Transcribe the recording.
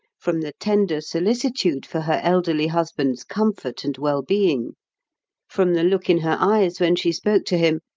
from the tender solicitude for her elderly husband's comfort and well-being, from the look in her eyes when she spoke to him,